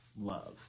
love